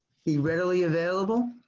he readily available.